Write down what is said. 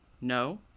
No